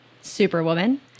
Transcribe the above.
superwoman